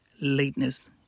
lateness